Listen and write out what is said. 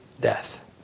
death